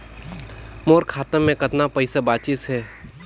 मोर खाता मे कतना पइसा बाचिस हे?